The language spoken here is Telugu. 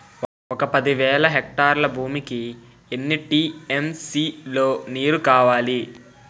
ఒక పది వేల హెక్టార్ల భూమికి ఎన్ని టీ.ఎం.సీ లో నీరు కావాలి?